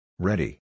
Ready